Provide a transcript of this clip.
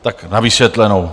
Tak na vysvětlenou.